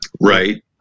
right